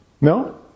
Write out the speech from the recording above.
No